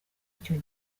icyo